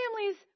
families